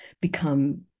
become